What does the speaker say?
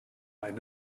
eine